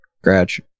scratch